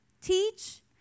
teach